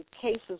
cases